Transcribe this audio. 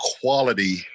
quality